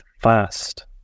fast